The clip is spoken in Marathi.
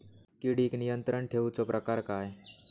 किडिक नियंत्रण ठेवुचा प्रकार काय?